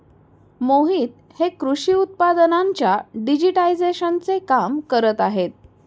मोहित हे कृषी उत्पादनांच्या डिजिटायझेशनचे काम करत आहेत